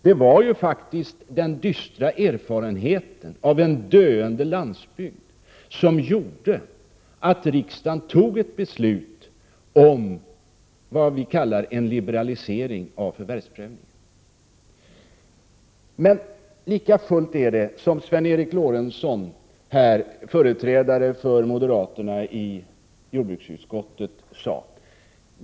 Det var ju faktiskt den dystra erfarenheten av en döende landsbygd som gjorde att riksdagen fattade beslutet om vad vi kallar en liberalisering av förvärvsprövningen. Men lika fullt är det, som Sven Eric Lorentzon, företrädare för moderaterna i jordbruksutskottet, sade.